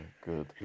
good